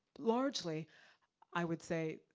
largely i would say,